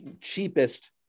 cheapest